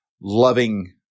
loving